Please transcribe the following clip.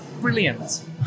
Brilliant